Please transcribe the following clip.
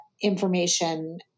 information